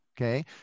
Okay